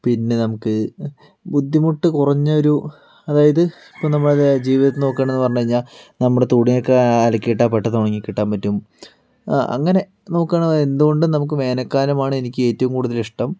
പിന്നെ നമുക്ക് ബുദ്ധിമുട്ട് കുറഞ്ഞൊരു അതായത് ഇപ്പോൾ നമ്മുടെ ജീവിതത്തെ നോക്കുവാണെന്ന് പറഞ്ഞ് കഴിഞ്ഞാൽ നമ്മുടെ തുണിയൊക്ക അലക്കിയിട്ടാണ് പെട്ടന്ന് ഉണങ്ങി കിട്ടാൻ പറ്റും അ അങ്ങനെ നോക്കുവാണത് എന്തു കൊണ്ടും നമുക്ക് വേനൽക്കാലമാണ് എനിക്കേറ്റവും കൂടുതൽ ഇഷ്ട്ടം